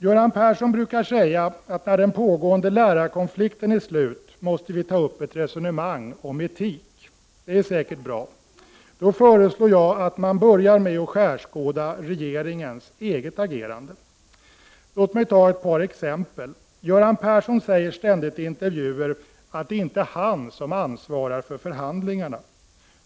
Göran Persson brukar säga att när den pågående lärarkonflikten är slut måste vi ta upp ett resonemang om etik. Det är säkert bra. Då föreslår jag att man börjar med att skärskåda regeringens eget agerande. Låt mig ta ett par exempel. Göran Persson säger ständigt i intervjuer att det inte är han som ansvarar för förhandlingarna.